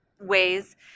ways